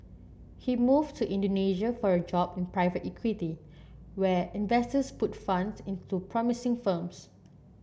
he moved to Indonesia for a job in private equity where investors put funds into promising firms